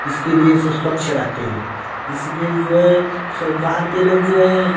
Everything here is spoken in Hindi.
इसके लिए से स्वच्छ रहते हैं इसीलिए जो है सब बाहर के लोग जो है